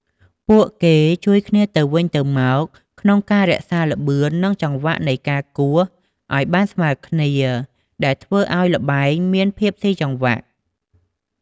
ពួកគេជួយគ្នាទៅវិញទៅមកក្នុងការរក្សាល្បឿន និងចង្វាក់នៃការគោះឲ្យបានស្មើគ្នា ដែលធ្វើឲ្យល្បែងមានភាពស៊ីសង្វាក់។